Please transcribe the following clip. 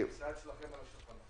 זה נמצא אצלכם על השולחן.